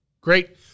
great